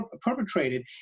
perpetrated